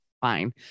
fine